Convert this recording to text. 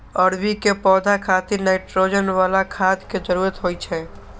अरबी के पौधा खातिर नाइट्रोजन बला खाद के जरूरत होइ छै